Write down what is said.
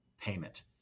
payment